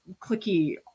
clicky